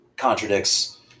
contradicts